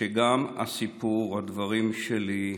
שגם סיפור הדברים שלי,